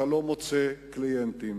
אתה לא מוצא קליינטים,